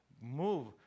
move